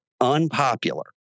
unpopular